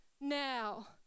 now